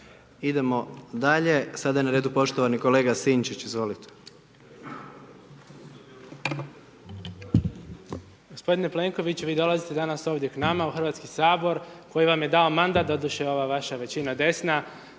Idemo dalje. Sada je na redu poštovani kolega Sinčić, izvolite.